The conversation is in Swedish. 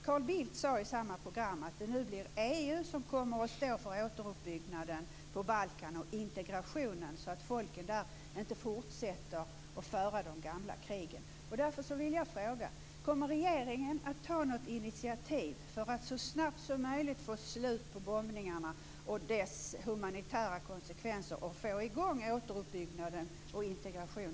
Carl Bildt sade i samma program att det nu blir EU som kommer att stå för återuppbyggnaden på Balkan och för integrationen så att folken där inte fortsätter att föra de gamla krigen. Balkan?